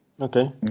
okay